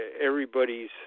everybody's